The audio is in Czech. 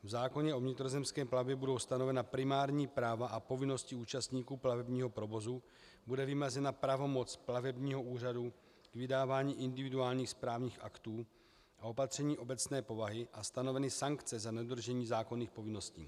V zákoně o vnitrozemské plavbě budou stanovena primární práva a povinnosti účastníků plavebního provozu, bude vymezena pravomoc plavebního úřadu, vydávání individuálních správních aktů, opatření obecné povahy a stanoveny sankce za nedodržení zákonných povinností.